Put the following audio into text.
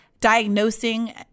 diagnosing